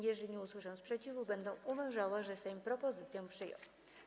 Jeżeli nie usłyszę sprzeciwu, będę uważała, że Sejm propozycje przyjął.